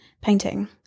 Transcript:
painting